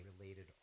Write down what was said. related